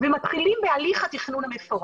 ומתחילים בהליך התכנון המפורט.